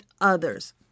others